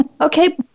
okay